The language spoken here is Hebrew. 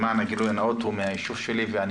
למען הגילוי הנאות הוא מהיישוב שלי ואני